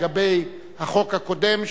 לגבי החוק הקודם,